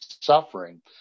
suffering